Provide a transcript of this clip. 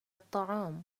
الطعام